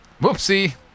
Whoopsie